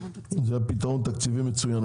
מבחינתי זה פתרון תקציבי מצוין.